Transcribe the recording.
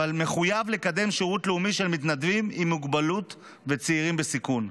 מחויבים לקדם שירות לאומי של מתנדבים עם מוגבלות וצעירים בסיכון.